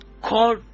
call